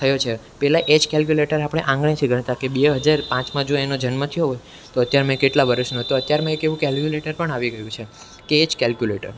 થયો છે પહેલાં એજ કેલ્કયુલેટર આપણે આંગળીથી ગણતાં કે બે હજાર પાંચમાં જો એનો જન્મ થયો હોય તો અત્યારમાં એ કેટલા વરસનો તો અત્યારમાં એ એવું કેલ્ક્યુલેટર પણ આવી ગયું છે કે એજ કેલ્કયુલેટર